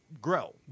Grow